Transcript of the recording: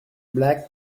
black